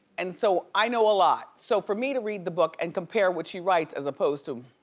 and so i know a lot. so for me to read the book and compare what she writes as opposed to